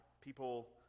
People